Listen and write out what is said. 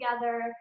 together